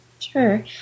Sure